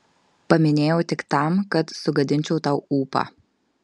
paminėjau tik tam kad sugadinčiau tau ūpą